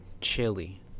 Chili